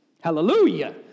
Hallelujah